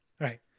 Right